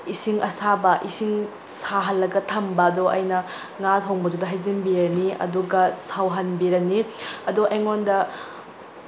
ꯏꯁꯤꯡ ꯑꯁꯥꯕ ꯏꯁꯤꯡ ꯁꯥꯍꯜꯂꯒ ꯊꯝꯕꯗꯣ ꯑꯩꯅ ꯉꯥ ꯊꯣꯡꯕꯗꯨꯗ ꯍꯩꯖꯤꯟꯕꯤꯔꯅꯤ ꯑꯗꯨꯒ ꯁꯧꯍꯟꯕꯤꯔꯅꯤ ꯑꯗꯣ ꯑꯩꯉꯣꯟꯗ